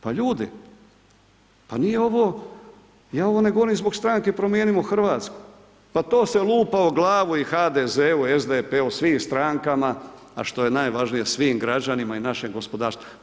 Pa ljudi, pa nije ovo ja ovo ne govorim zbog stranke Promijenimo Hrvatsku, pa to se lupa o glavu i HDZ-u i SDP-u, svim strankama a što j najvažnije, svim građanima i našem gospodarstvu.